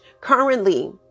Currently